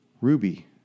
Ruby